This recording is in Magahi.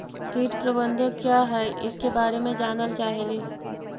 कीट प्रबनदक क्या है ईसके बारे मे जनल चाहेली?